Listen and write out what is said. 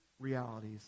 realities